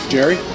Jerry